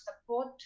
support